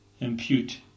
impute